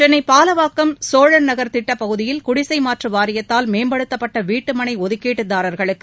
சென்னை பாலவாக்கம் சோழன்நகர் திட்டப்பகுதியில் குடிசைமாற்று வாரியத்தால் மேம்படுத்தப்பட்ட வீட்டுமனை ஒதுக்கீட்டுதாரர்களுக்கு